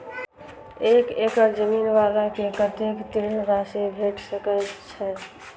एक एकड़ जमीन वाला के कतेक ऋण राशि भेट सकै छै?